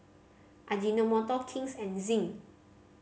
Ajinomoto King's and Zinc